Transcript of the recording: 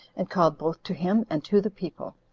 and called both to him and to the people.